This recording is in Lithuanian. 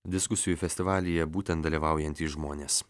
diskusijų festivalyje būtent dalyvaujantys žmonės